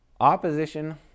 Opposition